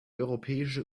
europäische